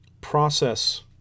process